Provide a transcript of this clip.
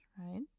right